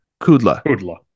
Kudla